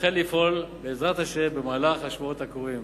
יחל לפעול, בעזרת השם, במהלך השבועות הקרובים.